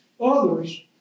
Others